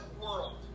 world